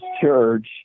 church